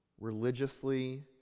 religiously